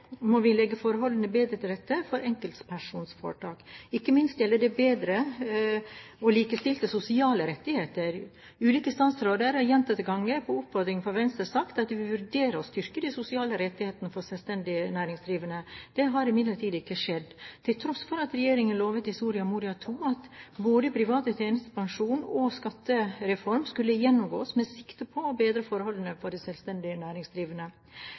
må vi legge forholdene bedre til rette for enkeltpersonforetak. Ikke minst gjelder det bedre og likestilte sosiale rettigheter. Ulike statsråder har gjentatte ganger på oppfordring fra Venstre sagt at de vil vurdere å styrke de sosiale rettighetene for selvstendig næringsdrivende. Det har imidlertid ikke skjedd, til tross for at regjeringen i Soria Moria II lovet at både privat tjenestepensjon og skattereform skulle gjennomgås med sikte på å bedre forholdene for de selvstendig næringsdrivende.